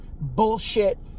bullshit